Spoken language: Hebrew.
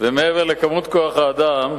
ומעבר לכמות כוח האדם,